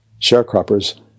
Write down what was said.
sharecroppers